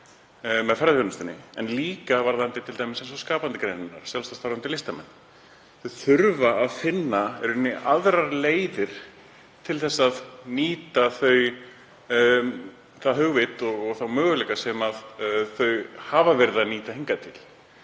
með ferðaþjónustunni, en líka varðandi t.d. skapandi greinarnar, sjálfstætt starfandi listamenn, þau þurfa að finna aðrar leiðir til að nýta það hugvit og þá möguleika sem þau hafa verið að nýta hingað til.